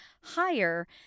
higher